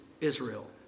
Israel